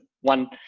one